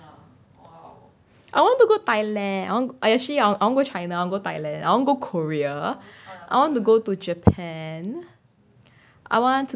I want to go thailand I wan~ I actually I want go china go thailand I want go korea I want to go to japan